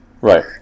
Right